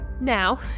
now